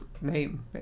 name